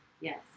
yes